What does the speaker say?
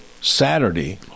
Saturday